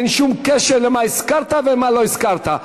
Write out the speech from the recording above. אין שום קשר למה שהזכרת ולמה שלא הזכרת.